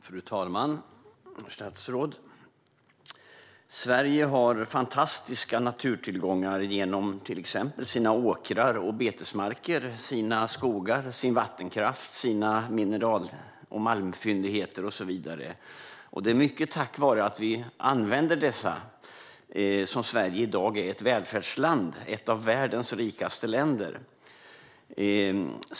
Fru talman! Herr statsråd! Sverige har fantastiska naturtillgångar genom till exempel sina åkrar och betesmarker, sina skogar, sin vattenkraft, sina mineral och malmfyndigheter och så vidare. Det är mycket tack vare att vi använder dessa naturtillgångar som Sverige i dag är ett välfärdsland - ett av världens rikaste länder.